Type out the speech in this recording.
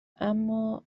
اما